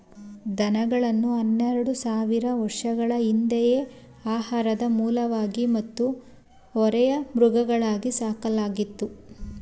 ದನಗಳನ್ನು ಹನ್ನೆರೆಡು ಸಾವಿರ ವರ್ಷಗಳ ಹಿಂದೆಯೇ ಆಹಾರದ ಮೂಲವಾಗಿ ಮತ್ತು ಹೊರೆಯ ಮೃಗಗಳಾಗಿ ಸಾಕಲಾಯಿತು